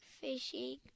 fishing